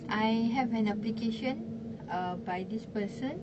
I have an application uh by this person